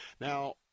Now